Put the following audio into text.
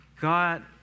God